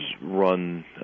run